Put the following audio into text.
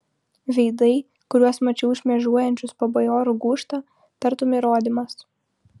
veidai kuriuos mačiau šmėžuojančius po bajorų gūžtą tartum įrodymas